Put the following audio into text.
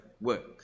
work